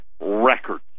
records